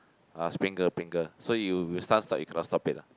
ah sprinkle Pringle so you start start you cannot stop it lah